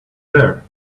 there